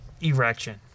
erection